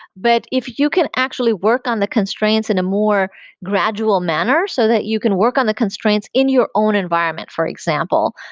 but if you can actually work on the constraints in a more gradual manner so that you can work on the constraints in your own environment, for example,